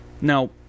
now